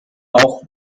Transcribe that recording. auch